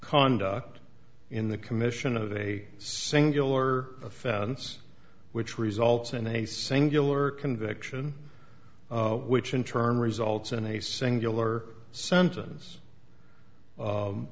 conduct in the commission of a singular offense which results in a singular conviction which in turn results in a singular sentence